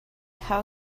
how